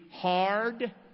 hard